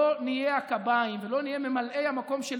לא נהיה הקביים ולא נהיה ממלאי המקום של